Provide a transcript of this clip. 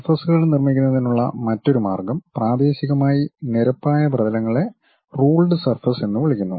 സർഫസുകൾ നിർമ്മിക്കുന്നതിനുള്ള മറ്റൊരു മാർഗ്ഗം പ്രാദേശികമായി നിരപ്പായ പ്രതലങ്ങളെ റൂൾഡ് സർഫസ് എന്ന് വിളിക്കുന്നു